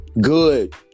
Good